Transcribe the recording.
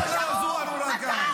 יש לנו תפקיד היסטורי.